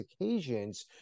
occasions